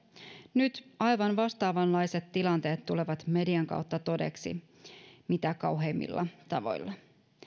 nyt aivan vastaavanlaiset tilanteet tulevat median kautta todeksi mitä kauheimmilla tavoilla